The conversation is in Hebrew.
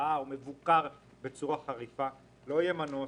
הקפאה או מבוקר בצורה חריפה, לא יהיה מנוס